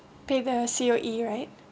pay the C_O_E right